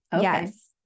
Yes